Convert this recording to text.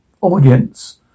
audience